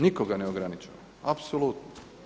Nitko ga ne ograničava, apsolutno.